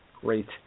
Great